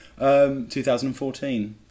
2014